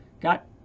got